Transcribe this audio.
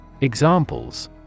Examples